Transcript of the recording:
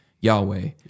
Yahweh